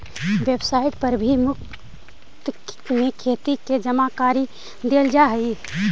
website पर भी मुफ्त में खेती के जानकारी देल जा हई